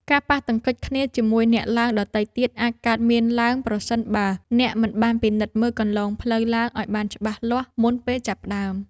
ការប៉ះទង្គិចគ្នាជាមួយអ្នកឡើងដទៃទៀត អាចកើតមានឡើងប្រសិនបើអ្នកមិនបានពិនិត្យមើលគន្លងផ្លូវឡើងឱ្យបានច្បាស់លាស់មុនពេលចាប់ផ្ដើម។